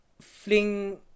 fling